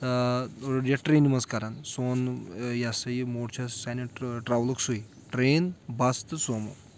یا ٹرٛینہِ منٛز کران سون یہِ ہسا یہِ موڈ چھُ سانہِ ٹرٛاولُک سُے ٹرین بَس تہٕ سومو